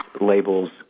labels